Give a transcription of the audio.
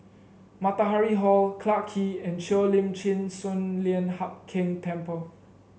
Matahari Hall Clarke Quay and Cheo Lim Chin Sun Lian Hup Keng Temple